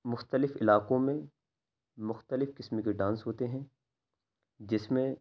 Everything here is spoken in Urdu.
مختلف علاقوں میں مختلف قسم کے ڈانس ہوتے ہیں جس میں